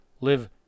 live